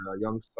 young